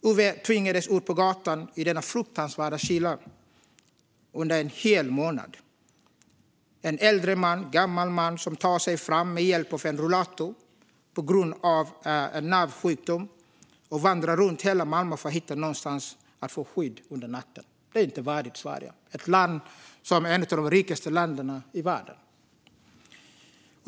Ove tvingades ut på gatan i denna fruktansvärda kyla under en hel månad - en gammal man som tar sig fram med hjälp av rullator på grund av en nervsjukdom och vandrar runt hela Malmö för att hitta någonstans att få skydd under natten. Det är inte värdigt Sverige, ett av de rikaste länderna i världen.